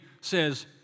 says